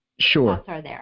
Sure